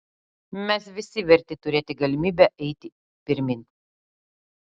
mes visi verti turėti galimybę eiti pirmyn